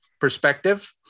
perspective